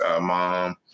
mom